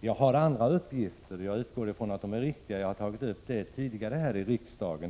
Jag har andra uppgifter — jag utgår ifrån att de är riktiga, och jag har tagit upp dem tidigare här i riksdagen.